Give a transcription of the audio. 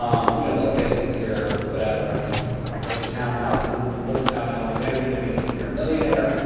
um you know they'll think that you're. whatever. i mean if you have a townhouse in old town alexandria, they may think you're a millionaire.